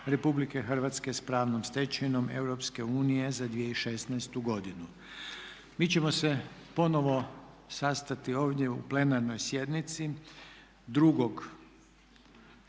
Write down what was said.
Republike Hrvatske s pravnom stečevinom Europske unije za 2016. godinu. Mi ćemo se ponovo sastati ovdje u plenarnoj sjednici